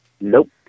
Nope